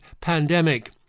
pandemic